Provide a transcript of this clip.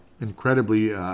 incredibly